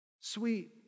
sweet